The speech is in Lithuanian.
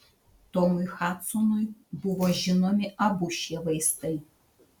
tomui hadsonui buvo žinomi abu šie vaistai